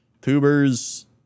Tubers